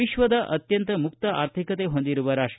ವಿಶ್ವದ ಅತ್ಯಂತ ಮುಕ್ತ ಆರ್ಥಿಕತೆ ಹೊಂದಿರುವ ರಾಷ್ಟ